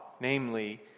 namely